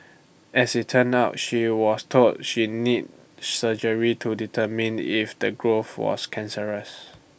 as IT turned out she was told she needed surgery to determine if the growth was cancerous